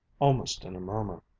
almost in a murmur